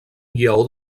lleó